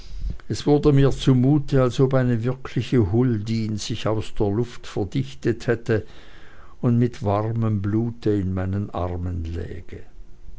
es wurde mir zu mut als ob eine wirkliche huldin sich aus der luft verdichtet hätte und mit warmem blute in meinen armen läge